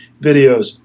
videos